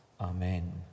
amen